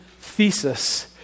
thesis